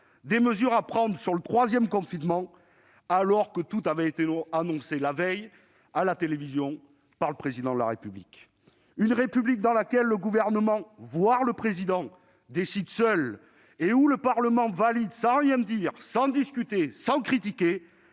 des mesures à prendre sur le troisième confinement, alors que tout avait été annoncé, la veille, à la télévision, par le Président de la République. Une République dans laquelle le Gouvernement, voire le Président de la République, déciderait seul et où le Parlement validerait tout, sans rien dire, sans discuter, sans critiquer